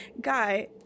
Guy